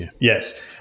Yes